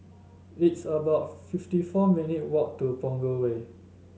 it's about fifty four minute walk to Punggol Way